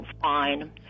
fine